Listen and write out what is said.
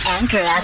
Anchor